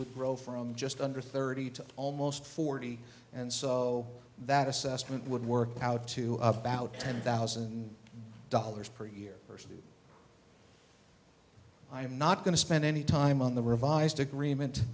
grow from just under thirty to almost forty and so that assessment would work out to about ten thousand dollars per year versus i'm not going to spend any time on the revised agreement